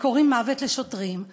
וקוראים "מוות לשוטרים",